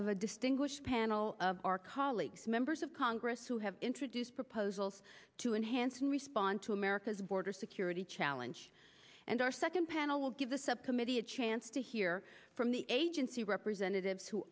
of a distinguished panel of our colleagues members of congress who have introduced proposals to enhance and respond to america's border security challenge and our second panel will give the subcommittee a chance to hear from the agency representative